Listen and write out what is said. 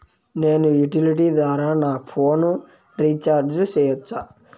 నేను యుటిలిటీ ద్వారా నా ఫోను రీచార్జి సేయొచ్చా?